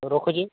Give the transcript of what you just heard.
ହଉ ରଖୁଛି